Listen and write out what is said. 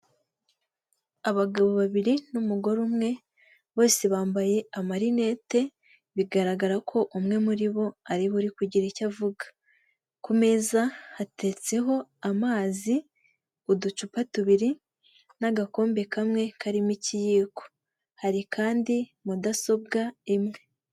Abagabo babiri n'umugore umwe bose bambaye amarinete, bigaragara ko umwe muri bo ari we uri kugira icyo avuga. Ku meza hateretseho amazi, uducupa tubiri, n'agakombe kamwe karimo ikiyiko. Hari kandi mudasobwa imwe.